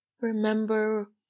Remember